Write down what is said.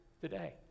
today